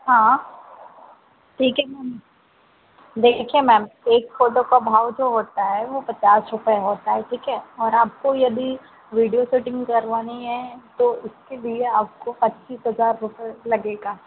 हाँ ठीक है मैम देखिए मैम एक फोटो का भाव जो होता है वह पचास रुपये होता है ठीक है और आपको यदि वीडियो शूटिंग करवानी है तो उसके लिए आपको पच्चीस हज़ार रुपये लगेगा